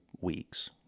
weeks